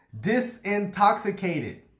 Disintoxicated